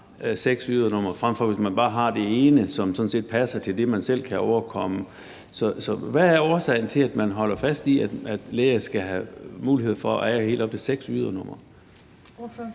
seks ydernumre, frem for at man bare har det ene, som sådan set passer til det, man selv kan overkomme. Så hvad er årsagen til, at man holder fast i, at læger skal have mulighed for at eje helt op til seks ydernumre?